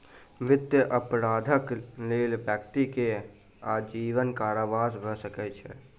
वित्तीय अपराधक लेल व्यक्ति के आजीवन कारावास भ सकै छै